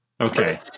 Okay